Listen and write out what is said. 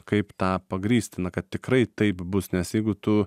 kaip tą pagrįsti na kad tikrai taip bus nes jeigu tu